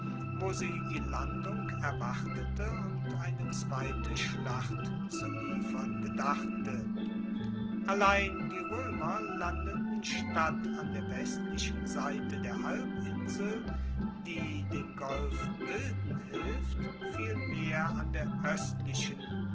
wo sie die landung erwartete und eine zweite schlacht zu liefern gedachte allein die roemer landeten statt an der westlichen seite der halbinsel die den golf bilden hilft vielmehr an der oestlichen